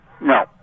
No